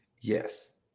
yes